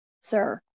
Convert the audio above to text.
Sir